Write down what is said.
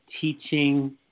teaching